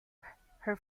her